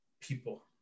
people